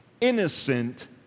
innocent